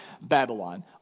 Babylon